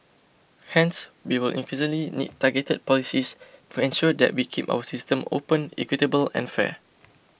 hence we will increasingly need targeted policies to ensure that we keep our systems open equitable and fair